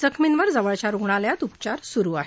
जखमींवर जवळच्या रुग्णालयात उपचार सुरु आहेत